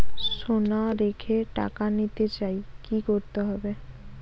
সোনা রেখে টাকা নিতে চাই কি করতে হবে?